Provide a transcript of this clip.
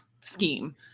scheme